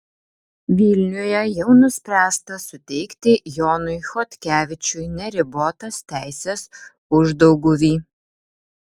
vilniuje jau nuspręsta suteikti jonui chodkevičiui neribotas teises uždauguvy